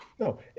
No